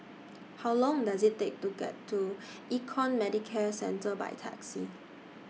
How Long Does IT Take to get to Econ Medicare Centre By Taxi